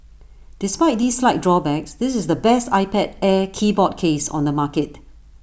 despite these slight drawbacks this is the best iPad air keyboard case on the market